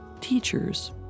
teachers